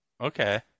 Okay